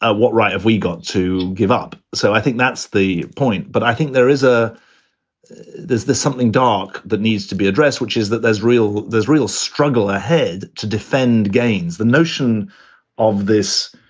ah what right have we got to give up? so i think that's the point. but i think there is a there's there's something dark that needs to be addressed, which is that there's real there's real struggle ahead to defend gains. the notion of this.